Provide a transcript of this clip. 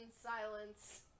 silence